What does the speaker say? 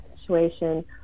situation